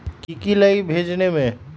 की की लगी भेजने में?